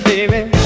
Baby